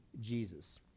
Jesus